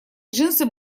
джинсы